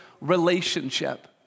relationship